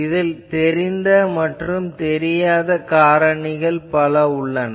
இதில் தெரிந்த மற்றும் தெரியாத காரணிகள் உள்ளன